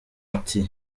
ati